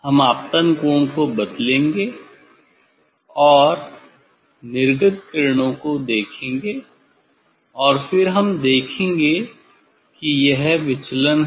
हम आपतन कोण को बदलेंगे और निर्गत किरणों को देखेंगे और फिर हम देखेंगे कि यह विचलन है